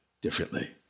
differently